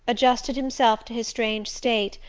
adjusted himself to his strange state,